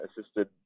assisted